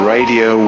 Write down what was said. Radio